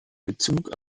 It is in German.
bezug